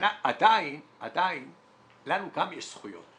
עדיין לנו גם יש זכויות.